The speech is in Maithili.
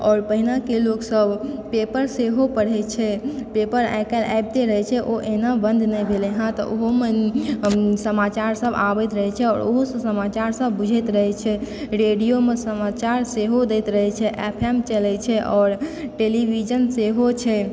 आओर पहिने के लोकसब पेपर सेहो पढ़ै छै पेपर आइ काल्हि आयबते रहै छै ओ एनाय बन्द नहि भेलै हँ तऽ ओहोमे समाचार सब आबैत रहै छै आओर ओहो सऽ समाचार सब बुझैत रहै छै रेडियो मे समाचार सेहो दैत रहै छै एफ एम चलै छै आओर टेलिविजन सेहो छै